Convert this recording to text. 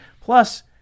Plus